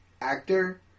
actor